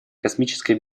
космической